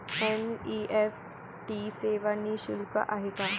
NEFT सेवा निःशुल्क आहे का?